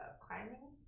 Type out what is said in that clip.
climbing